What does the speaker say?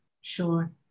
sure